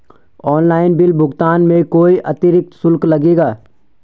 Online bill भुगतान में कोई अतिरिक्त शुल्क लगेगा?